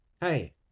hey